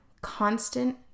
constant